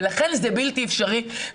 ולכן זה בלתי אפשרי.